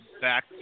back